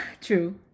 true